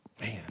Man